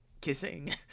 kissing